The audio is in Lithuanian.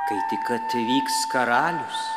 kai tik atvyks karalius